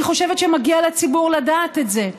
אני חושבת שמגיע לציבור לדעת את זה.